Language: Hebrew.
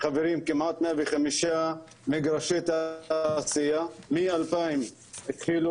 חברים כמעט 105 מגרשי תעשייה מ-2000 התחילו